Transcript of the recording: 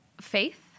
Faith